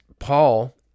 Paul